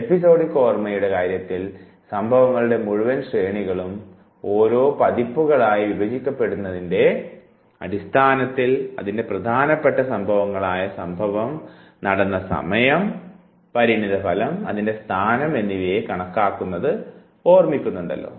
episodic ഓർമ്മയുടെ കാര്യത്തിൽ സംഭവങ്ങളുടെ മുഴുവൻ ശ്രേണികളും ഓരോ പതിപ്പുകളായി വിഭജിക്കപ്പെടുന്നതിൻറെ അടിസ്ഥാനത്തിൽ അതിൻറെ പ്രധാനപ്പെട്ട സ്വാഭാവങ്ങളായ സംഭവം നടന്ന സമയം പരിണിതഫലം അതിൻറെ സ്ഥാനം എന്നിവയെ കണക്കാക്കുന്നത് ഓർക്കുന്നുണ്ടല്ലോ